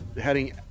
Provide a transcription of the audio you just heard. heading